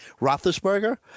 roethlisberger